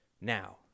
now